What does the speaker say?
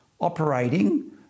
operating